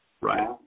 Right